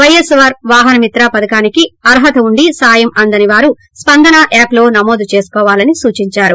వైఎస్పార్ వాహనమిత్ర పథకానికి అర్హత ఉండి సాయం అందని వారు స్పందన యాప్లో నమోదు చేసుకోవాలని సూచించారు